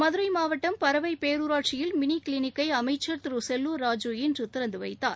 மதுரை மாவட்டம் பரவை பேரூராட்சியில் மினி கிளினிக்கை அமைச்சர் திரு செல்லூர் ராஜு இன்று திறந்துவைத்தார்